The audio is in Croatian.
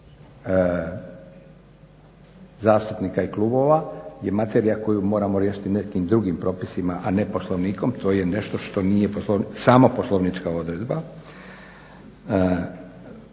zastupnika i klubova je materija koju moramo riješiti nekim drugim propisima, a ne Poslovnikom. To je nešto što nije sama poslovnička odredba.